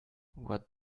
what